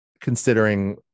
considering